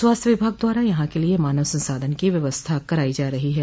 स्वास्थ्य विभाग द्वारा यहां के लिये मानव संसाधन की व्यवस्था कराई जा रही है